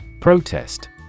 Protest